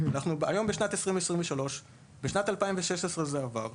היום אנחנו בשנת 2023, בשנת 2016 זה עבר,